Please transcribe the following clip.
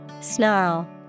Snarl